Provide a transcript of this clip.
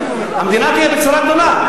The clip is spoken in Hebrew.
המדינה תהיה בצרה גדולה.